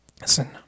Listen